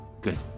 Good